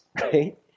right